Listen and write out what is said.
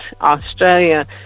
australia